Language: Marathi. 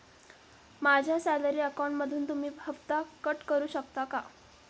माझ्या सॅलरी अकाउंटमधून तुम्ही हफ्ता कट करू शकता का?